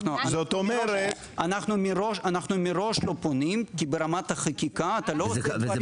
אנחנו מראש לא פונים כי ברמת החקיקה אתה לא עושה דברים שאסור לך.